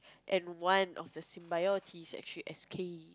and one of the symbiotic actually escape